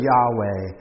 Yahweh